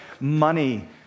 money